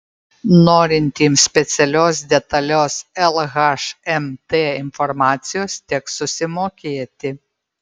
norintiems specialios detalios lhmt informacijos teks susimokėti